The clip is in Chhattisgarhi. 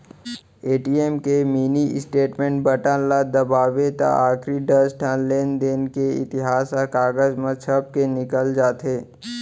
ए.टी.एम के मिनी स्टेटमेंट बटन ल दबावें त आखरी दस ठन लेनदेन के इतिहास ह कागज म छपके निकल जाथे